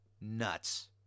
nuts